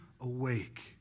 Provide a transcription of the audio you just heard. awake